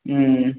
ம்